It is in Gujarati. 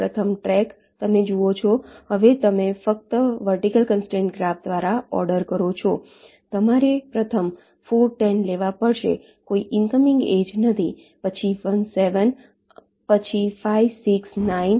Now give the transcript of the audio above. પ્રથમ ટ્રૅક તમે જુઓ છો હવે તમે ફક્ત વર્ટિકલ કન્સ્ટ્રેંટ ગ્રાફ દ્વારા ઓર્ડર કરો છો તમારે પ્રથમ 4 10 લેવા પડશે કોઈ ઇનકમિંગ એજ નથી પછી 1 7 પછી 5 6 9